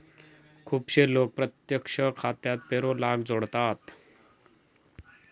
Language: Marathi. खुपशे लोक प्रत्यक्ष जमा खात्याक पेरोलाक जोडतत